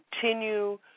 continue